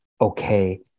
okay